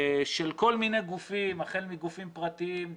של כל מיני גופים החל מגופים פרטיים,